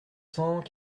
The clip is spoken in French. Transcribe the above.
cents